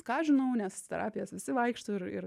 ką aš žinau nes į terapijas visi vaikšto ir ir